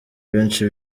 benshi